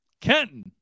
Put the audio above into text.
Kenton